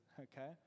okay